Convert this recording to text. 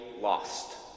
lost